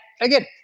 again